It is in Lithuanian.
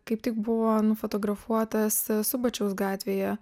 kaip tik buvo nufotografuotas subačiaus gatvėje